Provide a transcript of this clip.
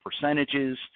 percentages